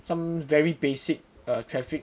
some very basic traffic